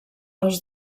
els